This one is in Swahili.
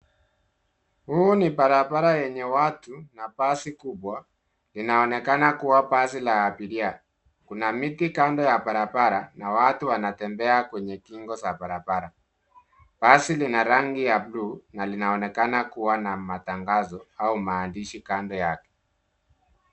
Huu ni barabara yenye watu na basi kubwa, inaonekana kua basi la abiria. Kuna miti kando ya barabara, na watu wanatembea kwenye kingo za barabara. Basi lina rangi ya blue , na linanaonekana kua na matangazo au maandishi kando yake.